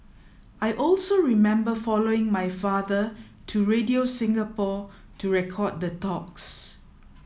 I also remember following my father to Radio Singapore to record the talks